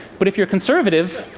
but if you're a conservative,